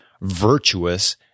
virtuous